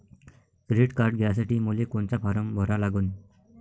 Credit card घ्यासाठी मले कोनचा फारम भरा लागन?